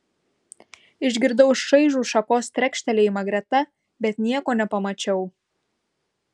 išgirdau šaižų šakos trekštelėjimą greta bet nieko nepamačiau